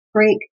Break